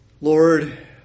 Lord